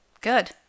Good